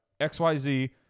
XYZ